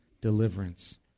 deliverance